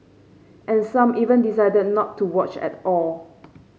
and some even decided not to watch at all